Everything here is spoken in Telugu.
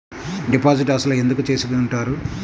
డిపాజిట్ అసలు ఎందుకు చేసుకుంటారు?